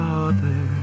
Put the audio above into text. Father